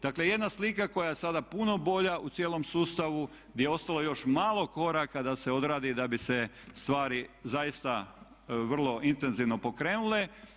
Dakle, jedna slika koja je sada puno bolja u cijelom sustavu gdje je ostalo još malo koraka d se odradi da bi se stvari zaista vrlo intenzivno pokrenule.